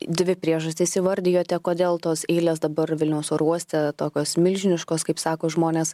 dvi priežastis įvardijote kodėl tos eilės dabar vilniaus oro uoste tokios milžiniškos kaip sako žmonės